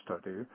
study